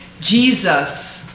Jesus